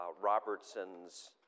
Robertson's